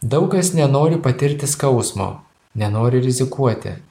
daug kas nenori patirti skausmo nenori rizikuoti